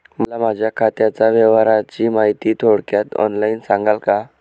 मला माझ्या खात्याच्या व्यवहाराची माहिती थोडक्यात ऑनलाईन सांगाल का?